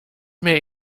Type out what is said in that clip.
mehr